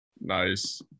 Nice